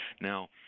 Now